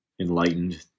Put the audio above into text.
enlightened